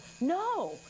No